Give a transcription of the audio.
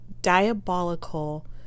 diabolical